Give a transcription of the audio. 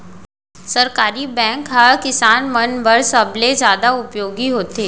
सहकारी बैंक ह किसान मन बर सबले जादा उपयोगी होथे